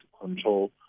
control